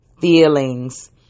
feelings